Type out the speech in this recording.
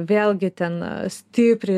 vėlgi ten stipriai